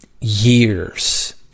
Years